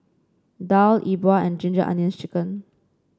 Daal E Bua and Ginger Onions chicken